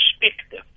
perspective